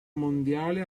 mondiale